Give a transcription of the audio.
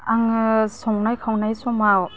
आङो संनाय खावनाय समाव